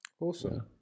Awesome